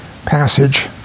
Passage